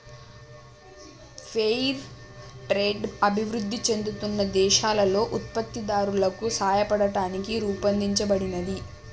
fair trade అభివృద్ధి చెందుతున్న దేశాలలో ఉత్పత్తిదారులకు సాయపడటానికి రూపొందించబడినది